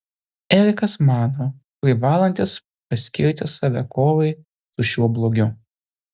erikas mano privalantis paskirti save kovai su šiuo blogiu